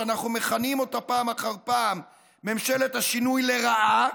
שאנחנו מכנים אותה פעם אחר פעם ממשלת השינוי לרעה,